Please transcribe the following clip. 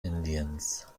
indiens